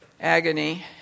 agony